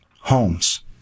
homes